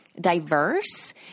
diverse